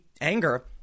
anger